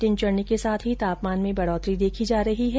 दिन चढने के साथ ही तापमान में बढोतरी देखी जा रही है